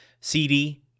CD